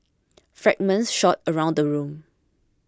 fragments shot around the room